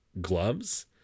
gloves